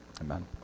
Amen